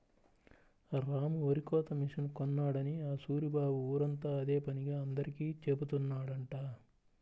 రాము వరికోత మిషన్ కొన్నాడని ఆ సూరిబాబు ఊరంతా అదే పనిగా అందరికీ జెబుతున్నాడంట